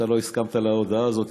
אתה לא הסכמת להודעה הזאת,